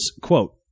quote